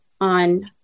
on